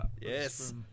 Yes